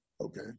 Okay